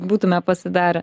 būtume pasidarę